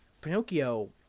Pinocchio